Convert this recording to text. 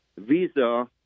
Visa